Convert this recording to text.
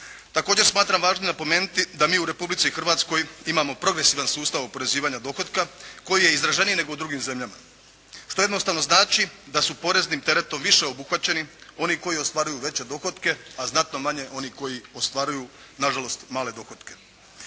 Također smatram važnim napomenuti da mi u Republici Hrvatskoj imamo profesionalan sustav oporezivanja dohotka koji je izraženiji nego u drugim zemljama što jednostavno znači da su poreznim teretom više obuhvaćeni oni koji ostvaruju veće dohotke, a znatno manje oni koji ostvaruju na žalost male dohotke.